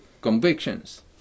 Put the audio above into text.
convictions